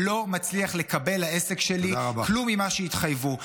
לא מצליח לקבל לעסק שלי כלום ממה שהתחייבו.